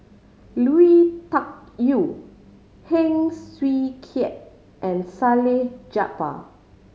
Lui Tuck Yew Heng Swee Keat and Salleh Japar